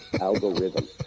Algorithm